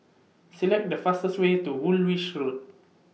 Select The fastest Way to Woolwich Road